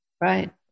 Right